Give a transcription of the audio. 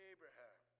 Abraham